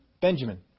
Benjamin